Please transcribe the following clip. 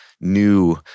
new